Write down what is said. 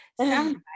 Sound